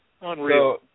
Unreal